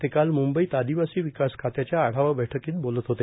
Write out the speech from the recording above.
ते काल मुंबईत आदिवासी विकास खात्याच्या आढावा बैठकीत बोलत होते